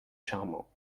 charmant